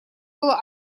было